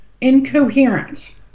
incoherent